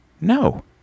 No